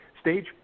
stage